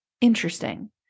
interesting